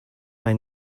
may